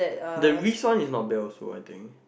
the risk one is not bad also I think